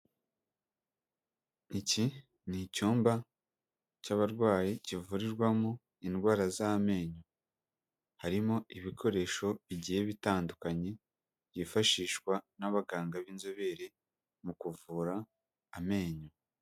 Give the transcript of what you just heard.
Iki ni icyumba cy'abarwayi kivurirwamo indwara z'amenyo. Harimo ibikoresho bigiye bitandukanye, byifashishwa n'abaganga b'inzobere mu kuvura amenyo.